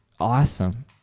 awesome